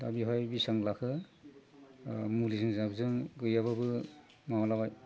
दा बेयावहाय बेसबां लाखो मुलिजों जाबजों गैयाबाबो माबा लाबाय